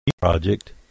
project